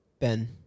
Ben